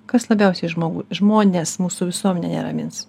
kas labiausiai žmogų žmones mūsų visuomenė neramins